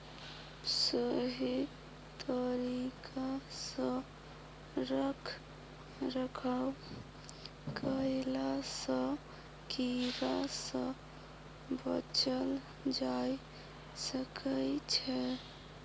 सही तरिका सँ रख रखाव कएला सँ कीड़ा सँ बचल जाए सकई छै